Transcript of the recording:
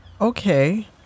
Okay